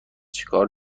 چکار